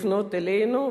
לפנות אלינו,